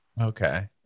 Okay